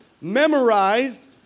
memorized